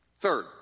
Third